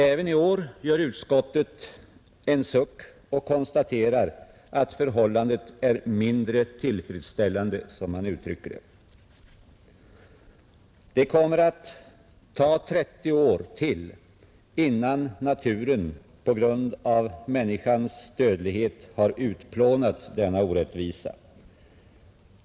Även i år uppger utskottet en suck och konstaterar att förhållandet är ”mindre tillfredsställande”. Det kommer att ta 30 år till innan naturen på grund av människans dödlighet har utplånat denna orättvisa.